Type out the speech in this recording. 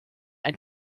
ein